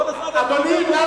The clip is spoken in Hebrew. רק נגדי אתה